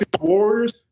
warriors